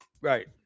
Right